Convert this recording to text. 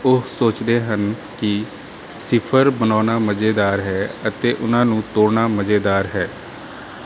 ਉਹ ਸੋਚਦੇ ਹਨ ਕਿ ਸਿਫ਼ਰ ਬਣਾਉਣਾ ਮਜ਼ੇਦਾਰ ਹੈ ਅਤੇ ਉਹਨਾਂ ਨੂੰ ਤੋੜਨਾ ਮਜ਼ੇਦਾਰ ਹੈ